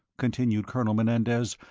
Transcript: continued colonel menendez,